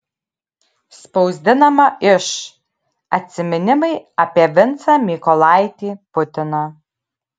spausdinama iš atsiminimai apie vincą mykolaitį putiną